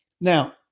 now